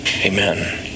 Amen